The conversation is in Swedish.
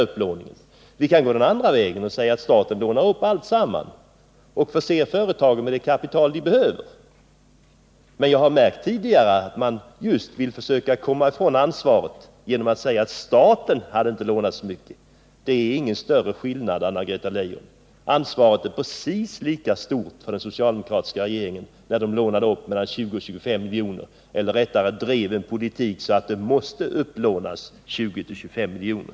Vi kan också gå den andra vägen och säga att staten skall låna upp alltsammans och sedan förse företagen med det kapital som de behöver. Jag har tidigare märkt att socialdemokraterna vill försöka komma ifrån sitt ansvar genom att säga att staten inte hade lånat så mycket. Det innebär inte någon större skillnad, Anna-Greta Leijon. Ansvaret var precis lika stort för den socialdemokratiska regeringen då den lånade upp mellan 20 och 25 miljarder, eller rättare sagt drev en sådan politik att det blev nödvändigt att låna upp 20-25 miljarder.